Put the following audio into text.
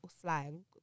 slang